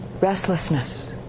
restlessness